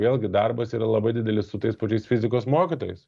vėlgi darbas yra labai didelis su tais pačiais fizikos mokytojais